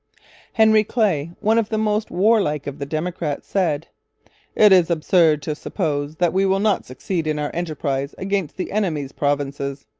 henry clay, one of the most warlike of the democrats, said it is absurd to suppose that we will not succeed in our enterprise against the enemy's provinces.